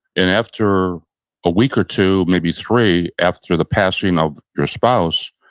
and after a week or two, maybe three, after the passing of your spouse,